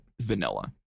vanilla